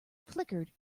flickered